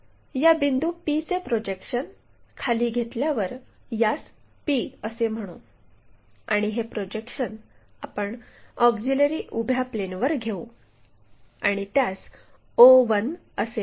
या बिंदू p चे प्रोजेक्शन खाली घेतल्यावर यास p असे म्हणू आणि हे प्रोजेक्शन आपण ऑक्झिलिअरी उभ्या प्लेनवर घेऊ आणि त्यास o1 असे म्हणू